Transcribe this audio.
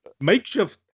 makeshift